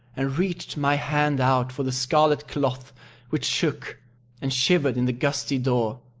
and reached my hand out for the scarlet cloth which shook and shivered in the gusty door,